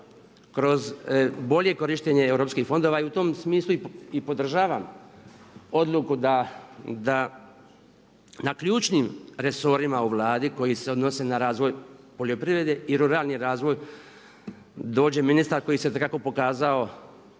kroz bolje korištenje europskih fondova. I u tom smislu i podržavam odluku da na ključnim resorima u Vladi koji se odnosi na razvoj poljoprivrede i ruralni razvoj dođe ministar koji se itekako pokazao